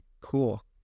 Cool